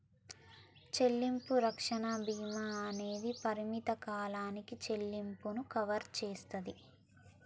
చెల్లింపు రక్షణ భీమా అనేది పరిమిత కాలానికి చెల్లింపులను కవర్ చేస్తాది